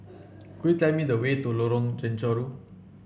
could you tell me the way to Lorong Chencharu